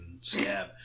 scab